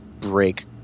break